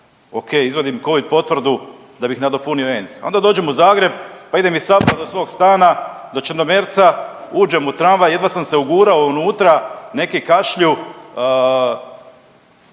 ok izvadim covid potvrdu da bi nadopunio ENC. Onda dođem u Zagreb pa idemo iz Sabora do svog stana do Črnomerca uđem u tramvaj jedva sam se ugurao unutra, neki kašlju.